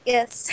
Yes